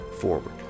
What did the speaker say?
forward